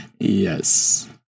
Yes